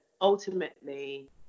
ultimately